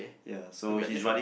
ya so he's running